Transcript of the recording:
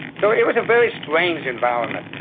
so it was a very strange environment,